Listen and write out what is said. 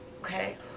Okay